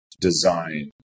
design